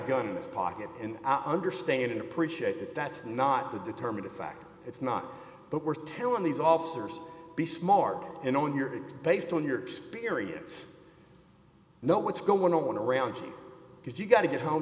gun in his pocket and i understand and appreciate that that's not the determining factor it's not but we're telling these officers be smart in on your based on your experience know what's going on around you because you've got to get home